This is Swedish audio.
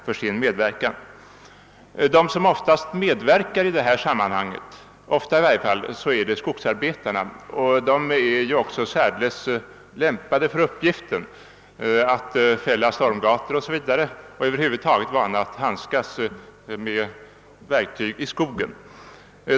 Det är ofta skogsarbetare som medverkar i sådana sammanhang, och de är också särdeles väl lämpade för uppgiften, eftersom det gäller att göra stormgator o.s.v. Över huvud taget är de vana vid att handskas med verktyg i skogen.